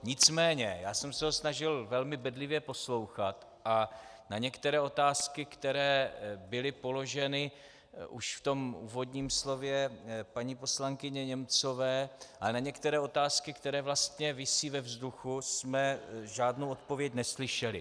Nicméně já jsem se ho snažil velmi bedlivě poslouchat a na některé otázky, které byly položeny už v tom úvodním slově paní poslankyně Němcové, a na některé otázky, které vlastně visí ve vzduchu, jsme žádnou odpověď neslyšeli.